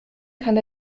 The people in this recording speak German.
kann